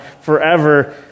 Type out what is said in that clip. forever